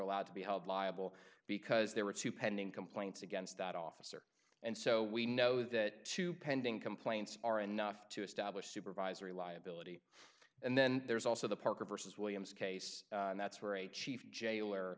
allowed to be held liable because they were to pending complaints against that officer and so we know that two pending complaints are enough to establish supervisory liability and then there's also the parker versus williams case and that's where a chief jailer